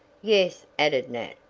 yes, added nat,